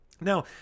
Now